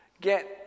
get